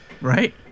Right